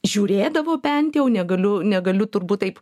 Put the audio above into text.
žiūrėdavo bent jau negaliu negaliu turbūt taip